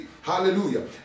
Hallelujah